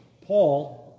Paul